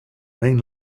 main